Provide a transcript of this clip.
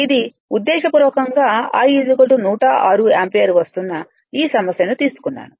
ఇది ఉద్దేశపూర్వకంగా I 106 ampere వస్తున్న ఈ సమస్యను తీసుకున్నాను